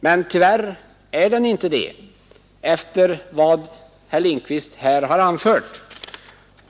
Men tyvärr har den inte det, efter vad herr Lindkvist här anfört.